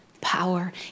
power